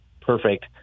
perfect